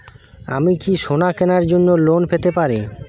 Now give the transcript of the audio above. আমি কি সোনা কেনার জন্য লোন পেতে পারি?